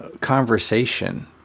conversation